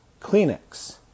Kleenex